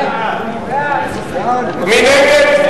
מי נגד?